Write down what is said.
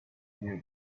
near